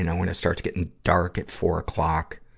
and when it starts getting dark at four o'clock.